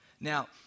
Now